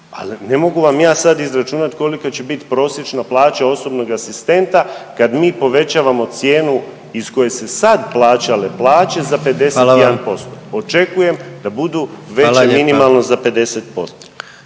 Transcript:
Ne mogu vam ja sad izračunati kolika će biti prosječna plaća osobnog asistenta kad mi povećavamo cijenu iz koje se sad plaćale plaće za 51%. …/Upadica predsjednik: Hvala vam./…